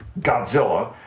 Godzilla